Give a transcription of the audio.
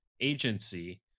agency